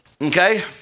Okay